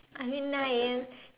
I mean nine A_M